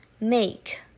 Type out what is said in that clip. make